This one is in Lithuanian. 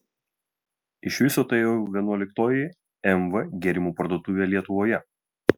iš viso tai jau vienuoliktoji mv gėrimų parduotuvė lietuvoje